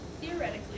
Theoretically